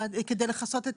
כדי לכסות.